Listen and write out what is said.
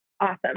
Awesome